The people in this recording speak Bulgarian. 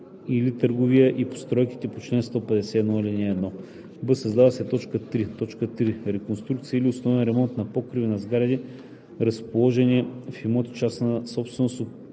или търговия и постройките по чл. 151, ал. 1;“ б) създава се т. 3: „3. реконструкция или основен ремонт на покриви на сгради, разположени в имоти – частна собственост,